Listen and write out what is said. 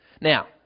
Now